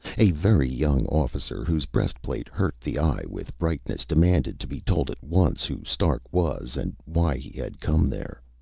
a very young officer whose breastplate hurt the eye with brightness demanded to be told at once who stark was and why he had come there.